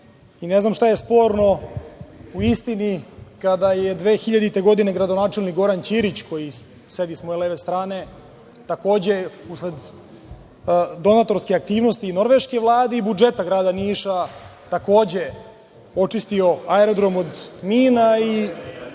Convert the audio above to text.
i ne znam šta je sporno u istini kada je 2000. godine gradonačelnik Goran Ćirić koji sedi sa moje leve strane, takođe usled donatorske aktivnosti Norveške vlade i budžeta grada Niša takođe očistio aerodrom mina i